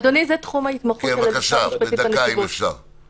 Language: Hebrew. הוא לא מחכה לזכות הדיבור שלו.